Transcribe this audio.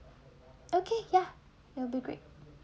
okay ya that will be great